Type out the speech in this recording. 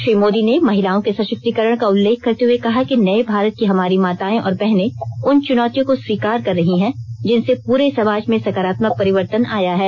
श्री मोदी ने महिलाओं के सशक्तिकरण का उल्लेख करते हुए कहा कि नये भारत की हमारी मातायें और बहनें उन चुनौतियों को स्वीकार कर रही हैं जिनसे पूरे समाज में सकारात्मक परिवर्तन आया है